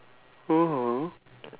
oh